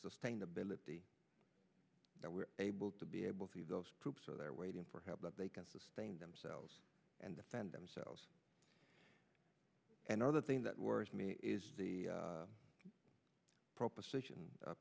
sustained ability that we're able to be able to leave those troops are there waiting for help that they can sustain themselves and defend themselves and another thing that worries me is the proposition